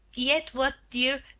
yet what dear,